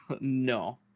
No